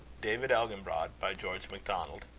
david elginbrod by george macdonald